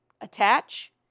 attach